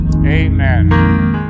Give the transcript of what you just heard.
Amen